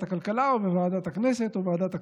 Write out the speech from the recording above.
הכלכלה או בוועדת הכנסת או בוועדת הכספים.